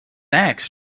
acts